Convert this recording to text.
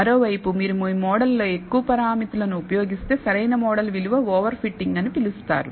మరోవైపు మీరు మీ మోడల్లో ఎక్కువ పారామితులు ఉపయోగిస్తే సరైన మోడల్ విలువను ఓవర్ ఫిట్టింగ్ అని పిలుస్తారు